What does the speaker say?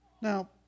Now